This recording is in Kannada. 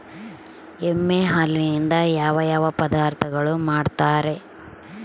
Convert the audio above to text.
ಎಮ್ಮೆ ಹಾಲಿನಿಂದ ಯಾವ ಯಾವ ಪದಾರ್ಥಗಳು ಮಾಡ್ತಾರೆ?